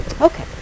Okay